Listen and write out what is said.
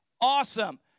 awesome